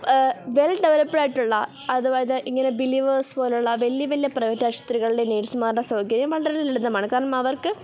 well developed ആയിട്ടുള്ള അഥവാ ഇത് ഇങ്ങനെ ബിലീവേഴ്സ് പോലെയുള്ള വലിയ വലിയ പ്രൈവറ്റ് ആശുപത്രികളിലെ നേഴ്സുമാരുടെ സൗകര്യം വളരെ ലളിതമാണ് കാരണം അവർക്ക്